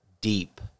deep